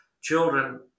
children